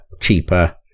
cheaper